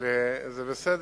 אבל זה בסדר.